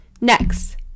Next